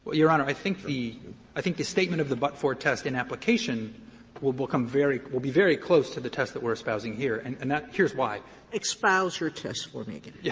your honor, i think the i think the statement of the but-for test in application will become very will be very close to the test that we're espousing here, and and here's why. sotomayor espouse your test for me, yeah